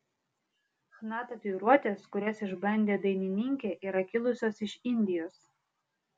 chna tatuiruotės kurias išbandė dainininkė yra kilusios iš indijos